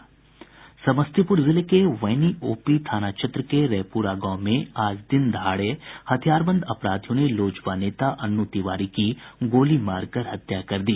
समस्तीपुर जिले के वैनी ओपी थाना क्षेत्र के रैपुरा गांव में आज दिन दहाड़े हथियार बंद अपराधियों ने लोजपा नेता अन्नू तिवारी की गोली मारकर हत्या कर दी